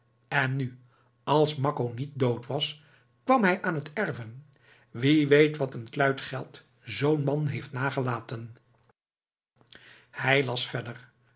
en nu als makko niet dood was kwam hij aan het erven wie weet wat een kluit geld zoo'n man heeft nagelaten hij las verder